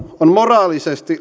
moraalisesti